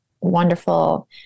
wonderful